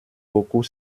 beaucoup